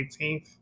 18th